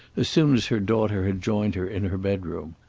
as soon as her daughter had joined her in her bedroom.